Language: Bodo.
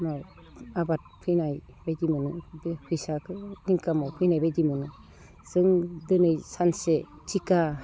माव आबाद फैनाय बायदि मोनो बे फैसाखौ इन्कामाव फैनाय बायदि मोनो जों दिनै सानसे थिखा